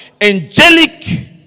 angelic